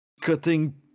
cutting